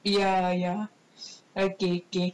ya ya okay okay